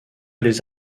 les